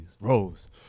Rose